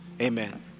amen